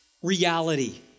Reality